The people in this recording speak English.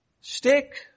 Stick